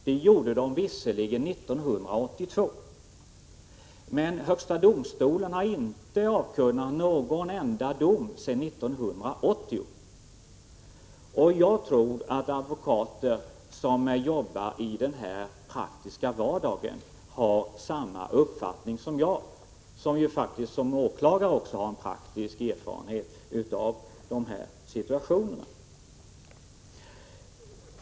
Det skedde visserligen 1982, men högsta domstolen har inte avkunnat någon enda dom i nödvärnsmål sedan 1980. Jag tror att advokater som arbetar i den praktiska vardagen har samma uppfattning som jag, och jag har som åklagare praktisk erfarenhet av sådana här situationer.